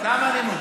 סתם, סתם אני,